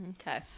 Okay